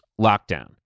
lockdown